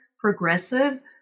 progressive